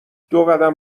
دوقدم